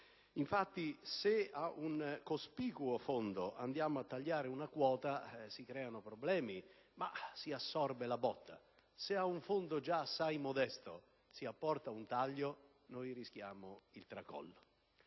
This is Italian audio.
Infatti, se ad un cospicuo fondo andiamo a tagliare una quota si creano problemi, ma si assorbe la botta; se ad un fondo già assai modesto si apporta un taglio, si rischia il tracollo.